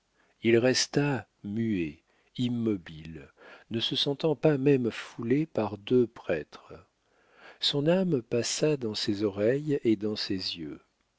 il resta muet immobile ne se sentant pas même foulé par deux prêtres son âme passa dans ses oreilles et dans ses yeux